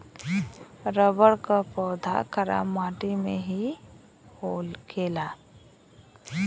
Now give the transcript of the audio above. rubber क पौधा खराब माटी में भी होखेला